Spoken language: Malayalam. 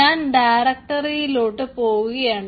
ഞാൻ ഡയറക്ടറിയിലോട്ട് പോവുകയാണ്